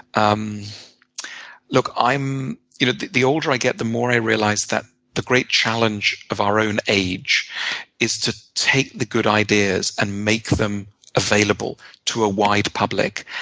um look. you know the the older i get, the more i realize that the great challenge of our own age is to take the good ideas and make them available to a wide public.